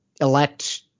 elect